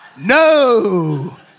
No